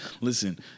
Listen